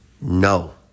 No